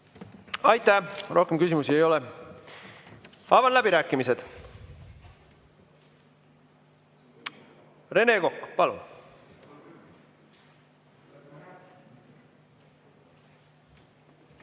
kui on. Rohkem küsimusi ei ole. Avan läbirääkimised. Rene Kokk, palun!